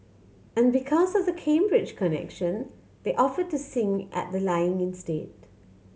and because of the Cambridge connection they offered to sing at the lying in state